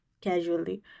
casually